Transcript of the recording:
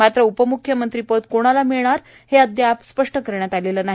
मात्र उपम्ख्यमंत्री पद कोणाला मिळणार हे अद्याप स्पष्ट करण्यात आलेलं नाही